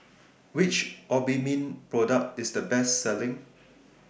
Which Obimin Product IS The Best Selling